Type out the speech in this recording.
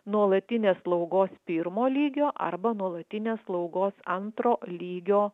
nuolatinės slaugos pirmo lygio arba nuolatinės slaugos antro lygio